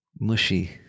mushy